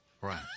Right